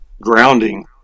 grounding